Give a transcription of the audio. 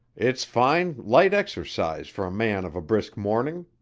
it's fine, light exercise for a man of a brisk morning.